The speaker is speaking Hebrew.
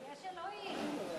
יש אלוהים.